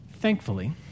Thankfully